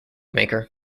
maker